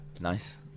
Nice